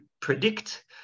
predict